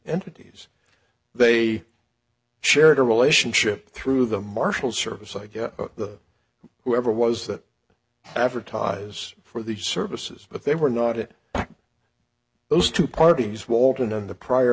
entities they shared a relationship through the marshal service like the whoever was that advertise for these services but they were not it those two parties walton of the prior